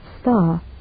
star